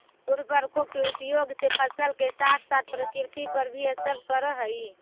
उर्वरकों के उपयोग से फसल के साथ साथ प्रकृति पर भी असर पड़अ हई